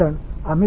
மாணவர் 1